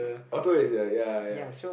auto is the ya ya